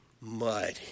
mud